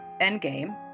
Endgame